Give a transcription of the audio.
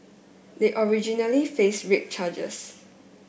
they originally faced rape charges